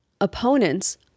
Opponents